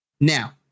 Now